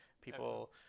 people